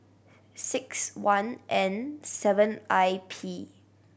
six one N seven I P